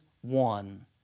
one